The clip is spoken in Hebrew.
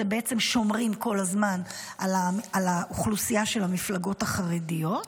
בעצם שומרים כל הזמן על האוכלוסייה של המפלגות החרדיות.